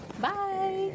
Bye